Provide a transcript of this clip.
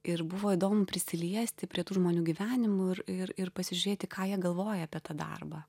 ir buvo įdomu prisiliesti prie tų žmonių gyvenimų ir ir ir pasižiūrėti ką jie galvoja apie tą darbą